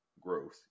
growth